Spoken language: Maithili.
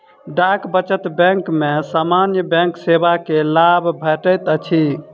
डाक बचत बैंक में सामान्य बैंक सेवा के लाभ भेटैत अछि